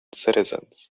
citizens